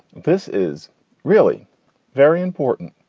this is really very important.